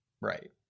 Right